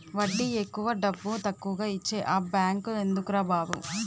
వడ్డీ ఎక్కువ డబ్బుతక్కువా ఇచ్చే ఆ బేంకెందుకురా బాబు